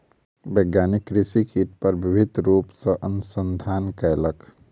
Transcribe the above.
वैज्ञानिक कृषि कीट पर विभिन्न रूप सॅ अनुसंधान कयलक